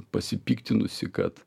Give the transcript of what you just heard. pasipiktinusi kad